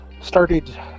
started